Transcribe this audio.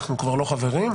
אנחנו כבר לא חברים?